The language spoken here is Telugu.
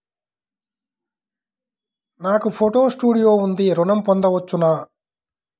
నాకు ఫోటో స్టూడియో ఉంది ఋణం పొంద వచ్చునా?